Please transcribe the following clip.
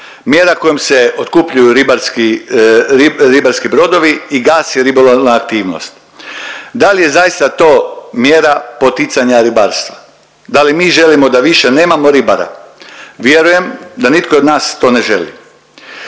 mjera kojom se otkupljuju ribarski brodovi i gasi ribolovna aktivnost. Da li je zaista to mjera poticanja ribarstva? Da li mi želimo da više nemamo ribara? Vjerujem da nitko od nas to ne želi.